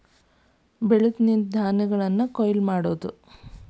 ಬೆಳೆದು ನಿಂತ ಧಾನ್ಯಗಳನ್ನ ಕೊಯ್ಲ ಮಾಡುದು